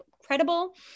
credible